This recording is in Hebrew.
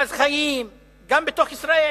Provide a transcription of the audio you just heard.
מרכז חיים גם בתוך ישראל,